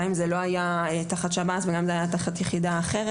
גם אם זה לא היה תחת שב"ס וגם אם זה היה תחת יחידה אחרת,